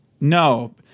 No